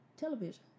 Television